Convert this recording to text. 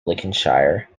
lincolnshire